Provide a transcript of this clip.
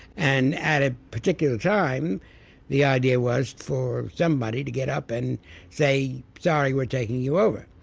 and at a particular time the idea was for somebody to get up and say, sorry, we're taking you over.